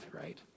right